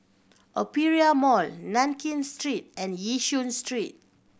Aperia Mall Nankin Street and Yishun Street